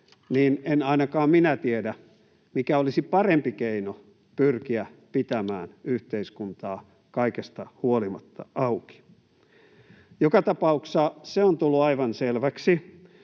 niin ainakaan minä en tiedä, mikä olisi parempi keino pyrkiä pitämään yhteiskuntaa kaikesta huolimatta auki. Joka tapauksessa se on tullut aivan selväksi,